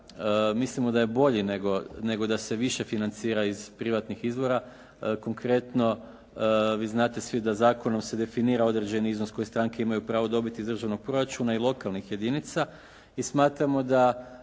mislimo da je bolji nego da se više financira iz privatnih izvora. Konkretno vi znate svi da zakonom se definira određeni iznos koje stranke imaju pravo dobiti iz državnog proračuna i lokalnih jedinica i smatramo da